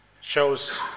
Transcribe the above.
shows